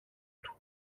του